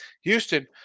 Houston